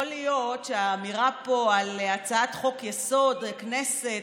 יכול להיות שהאמירה פה על הצעת חוק-יסוד: הכנסת